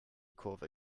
kurve